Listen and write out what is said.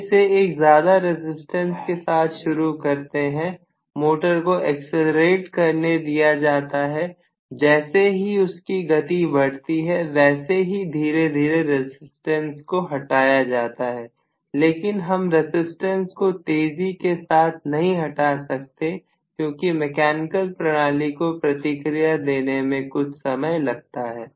हम इसे एक ज्यादा रजिस्टेंस के साथ शुरू करते हैं मोटर को एक्सीलरेट करने दिया जाता है जैसे ही उसकी गति बढ़ती है वैसे ही धीरे धीरे रजिस्टेंस को हटाया जाता है लेकिन हम रजिस्टेंस को तेजी के साथ नहीं हटा सकते क्योंकि मेकेनिकल प्रणाली को प्रतिक्रिया देने में कुछ समय लगता है